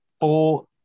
four